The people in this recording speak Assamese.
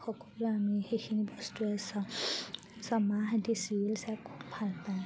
সকলোৱে আমি সেইখিনি বস্তুৱে চাওঁ চ' মাহঁতে চিৰিয়েল চাই খুব ভাল পায়